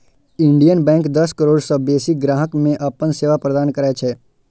Indian bank दस करोड़ सं बेसी ग्राहक कें अपन सेवा प्रदान करै छै